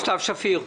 סתיו שפיר.